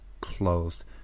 closed